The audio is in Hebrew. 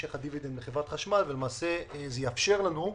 שיימשך הדיבידנד מחברת החשמל וזה יאפשר לנו,